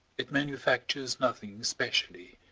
it manufactures nothing specially.